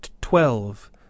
twelve